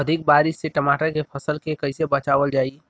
अधिक बारिश से टमाटर के फसल के कइसे बचावल जाई?